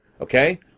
Okay